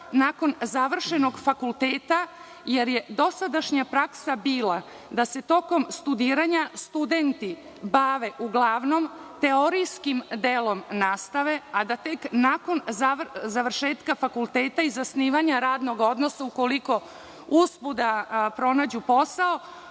nakon završenog fakulteta, jer je dosadašnja praksa bila da se tokom studiranja studenti bave uglavnom teorijskim delom nastave, a da tek nakon završetka fakulteta i zasnivanja radnog odnosa ukoliko uspeju da pronađu posao,